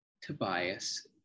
Tobias